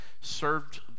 served